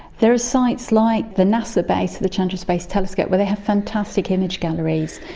there are sites like the nasa base of the chandra space telescope where they have fantastic image galleries.